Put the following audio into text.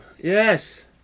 yes